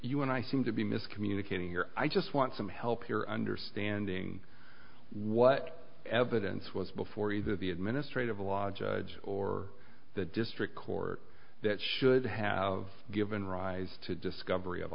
you and i seem to be mis communicating here i just want some help here understanding what evidence was before either the administrative law judge or the district court that should have given rise to discovery of